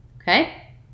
okay